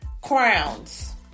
crowns